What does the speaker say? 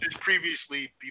previously